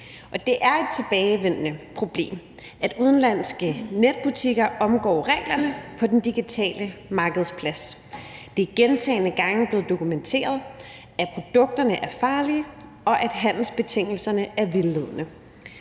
Det er et tilbagevendende problem, at udenlandske netbutikker omgår reglerne på den digitale markedsplads. Det er gentagne gange blevet dokumenteret, at produkterne er farlige, og at handelsbetingelserne er vildledende.